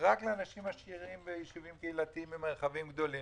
אזכיר שני מקרים מן החודשים האחרונים: רצח בעיר רהט על רקע סכסוכי קרקע,